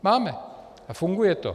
Máme a funguje to.